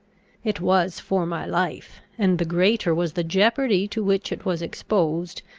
it was for my life and, the greater was the jeopardy to which it was exposed,